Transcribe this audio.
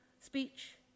Speech